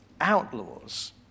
outlaws